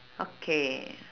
okay